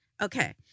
Okay